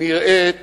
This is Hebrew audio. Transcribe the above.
נראית